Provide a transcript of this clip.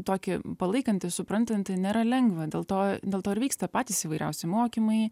tokį palaikantį suprantantį nėra lengva dėl to dėl to ir vyksta patys įvairiausi mokymai